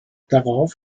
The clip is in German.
darauf